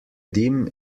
dim